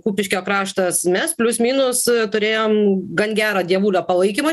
kupiškio kraštas mes plius minus turėjom gan gerą dievulio palaikymą